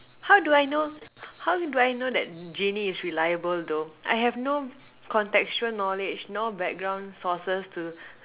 how do I know how do I know that genie is reliable though I have no contextual knowledge no background sources to